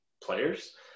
players